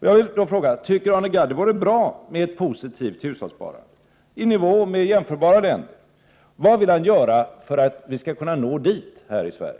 Jag vill då fråga: Tycker Arne Gadd det vore bra med ett positivt hushållssparande i nivå med jämförbara länder? Vad vill han göra för att vi skall uppnå detta här i Sverige?